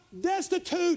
destitute